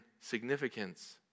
significance